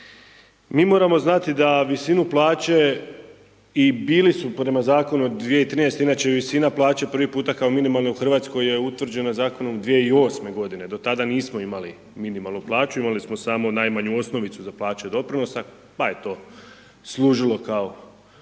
Mi moramo znati da visinu plaće i bili su prema Zakonu od 2013.-te, inače je visina plaće prvi puta kao minimalne u Hrvatskoj, je utvrđena Zakonom 2008. godine, do tada nismo imali minimalnu plaću, imali smo samo najmanju osnovicu za plaćanje doprinosa, pa je to služilo kao